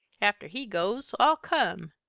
after he goes i'll come.